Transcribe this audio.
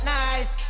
nice